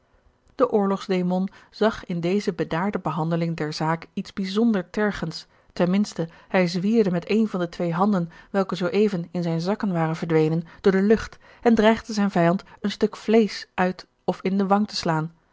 de oorlogsdemon zag in deze bedaarde behandeling der zaak iets bijzonder tergends ten minste hij zwierde met eene van de twee handen welke zoo even in zijne zakken waren verdwenen door de lucht en dreigde zijn vijand een stuk vleesch uit of in de wang te slaan